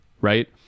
right